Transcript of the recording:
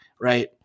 right